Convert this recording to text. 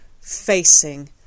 facing